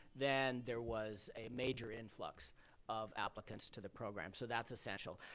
then there was a major influx of applicants to the program, so that's essential.